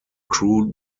crew